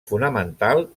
fonamental